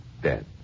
dead